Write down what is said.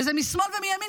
וזה משמאל ומימין,